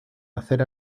nacer